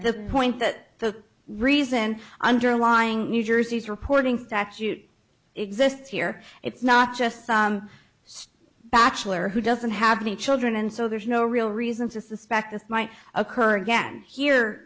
the point that the reason underlying new jersey's reporting statute exists here it's not just batchelor who doesn't have any children and so there's no real reason to suspect this might occur again here